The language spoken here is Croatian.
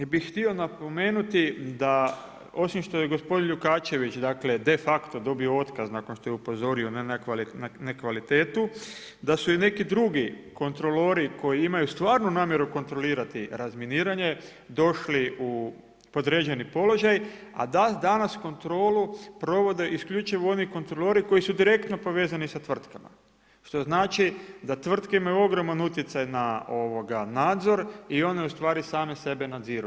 Također, bih htio napomenuti da osim što je gospodin Lukačević dakle de facto dobio otkaz nakon što je upozorio na nekvalitetu da su i neki drugi kontrolori koji imaju stvarnu namjeru kontrolirati razminiranje došli u podređeni položaj a danas kontrolu provode isključivo oni kontrolori koji su direktno povezani sa tvrtkama što znači da tvrtke imaju ogroman utjecaj na nadzor i one ustvari same sebe nadziru.